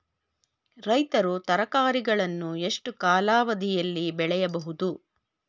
ರೈತರು ತರಕಾರಿಗಳನ್ನು ಎಷ್ಟು ಕಾಲಾವಧಿಯಲ್ಲಿ ಬೆಳೆಯಬಹುದು?